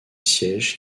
siège